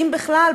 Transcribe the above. אם בכלל,